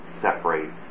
separates